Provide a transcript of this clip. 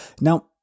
Now